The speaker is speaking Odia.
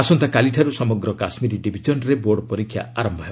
ଆସନ୍ତାକାଲିଠାରୁ ସମଗ୍ର କାଶ୍ମୀର ଡିଭିଜନ୍ରେ ବୋର୍ଡ଼ ପରୀକ୍ଷା ଆରମ୍ଭ ହେବ